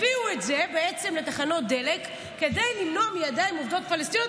הביאו את זה בעצם לתחנות דלק כדי למנוע ידיים עובדות פלסטיניות,